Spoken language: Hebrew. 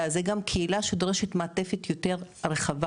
זה גם קהילה שדורשת מעטפת יותר רחבה,